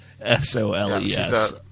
S-O-L-E-S